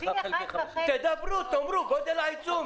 פי 1.5. תדברו, תאמרו, גודל העיצום.